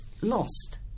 lost